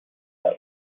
است